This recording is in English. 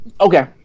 Okay